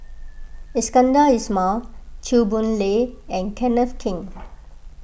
Iskandar Ismail Chew Boon Lay and Kenneth Keng